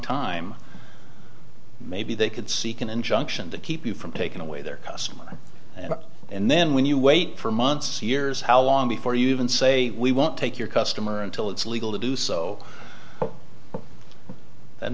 time maybe they could seek an injunction to keep you from taking away their customers and then when you wait for months years how long before you even say we won't take your customer until it's legal to do so that